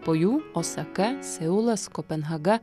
po jų osaka seulas kopenhaga